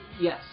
Yes